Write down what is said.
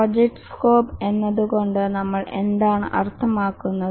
project scope എന്നത് കൊണ്ട് നമ്മൾ എന്താണ് അർത്ഥമാക്കുന്നത്